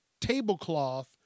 tablecloth